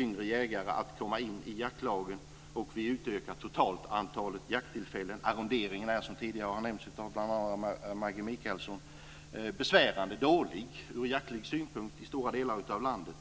yngre jägare att komma in i jaktlagen och totalt utökar vi antalet jakttillfällen. Arronderingen är från jaktlig synpunkt, som tidigare nämnts av bl.a. Maggi Mikaelsson, besvärande dålig i stora delar av landet.